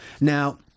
Now